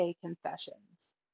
Confessions